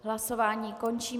Hlasování končím.